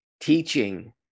teaching